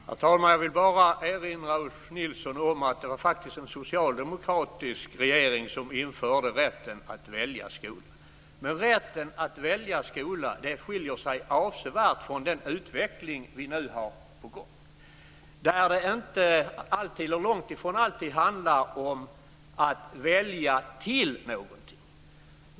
Herr talman! Jag vill bara erinra Ulf Nilsson om att det faktiskt var en socialdemokratisk regering som införde rätten att välja skola. Men rätten att välja skola skiljer sig avsevärt från den utveckling som nu är på gång. Det handlar långt ifrån alltid om att välja till någonting.